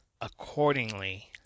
accordingly